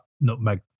nutmeg